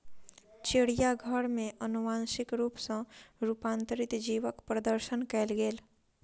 चिड़ियाघर में अनुवांशिक रूप सॅ रूपांतरित जीवक प्रदर्शन कयल गेल